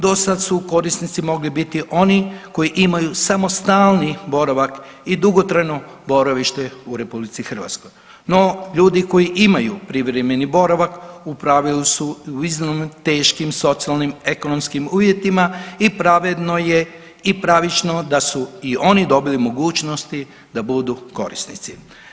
Dosad su korisnici mogli biti oni koji imaju samo stalni boravak i dugotrajno boravište u RH, no ljudi koji imaju privremeni boravak u pravilu su u iznimno teškim socijalnim ekonomskim uvjetima i pravedno je i pravično da su i oni dobili mogućnosti da budu korisnici.